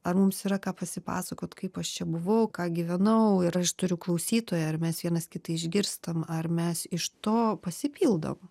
ar mums yra ką pasipasakot kaip aš čia buvau ką gyvenau ir aš turiu klausytoją ar mes vienas kitą išgirstam ar mes iš to pasipildom